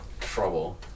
trouble